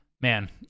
man